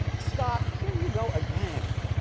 scott here you go again.